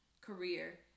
career